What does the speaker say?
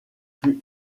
fut